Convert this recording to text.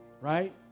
right